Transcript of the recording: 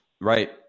right